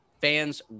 fans